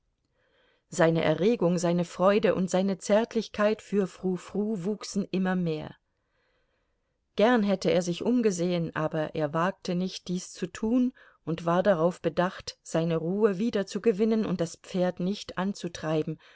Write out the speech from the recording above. seine erregung seine freude und seine zärtlichkeit für frou frou wuchsen immer mehr gern hätte er sich umgesehen aber er wagte nicht dies zu tun und war darauf bedacht seine ruhe wiederzugewinnen und das pferd nicht anzutreiben